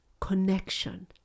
connection